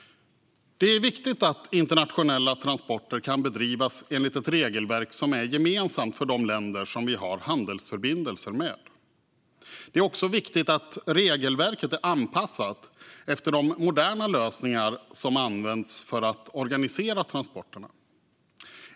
Det är viktigt att internationella transporter kan bedrivas enligt ett regelverk som är gemensamt för de länder som vi har handelsförbindelser med. Det är också viktigt att regelverket är anpassat efter de moderna lösningar som används för att organisera transporterna.